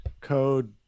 code